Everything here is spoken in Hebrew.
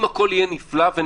אם הכול יהיה נהדר,